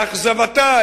לאכזבתה,